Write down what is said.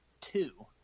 two